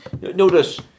Notice